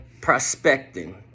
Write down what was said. prospecting